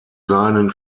seinen